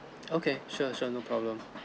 okay sure sure no problem